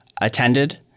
attended